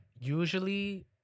usually